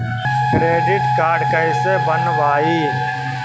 Credit card कैसे बनवाई?